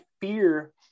fear